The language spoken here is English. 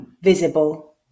visible